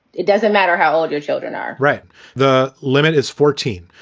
it doesn't matter how old your children are. right the limit is fourteen.